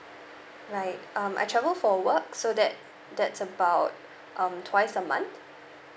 right um I travel for work so that that's about um twice a month